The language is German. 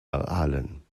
aalen